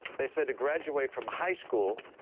they said to graduate from high school,